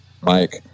Mike